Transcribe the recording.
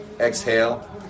Exhale